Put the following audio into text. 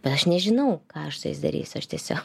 bet aš nežinau ką aš su jais darysiu aš tiesiog